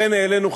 לכן העלינו,